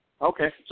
Okay